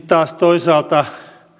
taas toisaalta